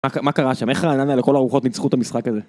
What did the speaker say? מה- מה קרה שם? איך רעננה לכל הרוחות ניצחו את המשחק הזה?